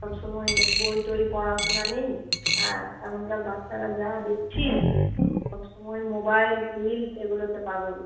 সবসময়ই বই টই পড়াশোনা নেই হ্যাঁ এখনকার বাচ্চারা যা দেখছি সবসময় মোবাইল রিলস এগুলোতে পাগল